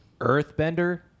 earthbender